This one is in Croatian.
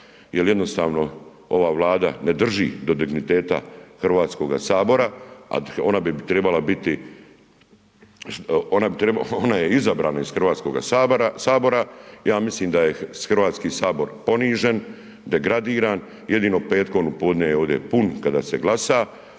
jer jednostavno ova Vlada ne drži do digniteta Hrvatskoga sabora, a ona bi trebala biti, ona je izabrana iz Hrvatskoga sabora, ja mislim da je Hrvatski sabor ponižen, degradiran jedino petkom u podne je ovdje pun kada se glasa,